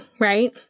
right